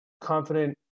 confident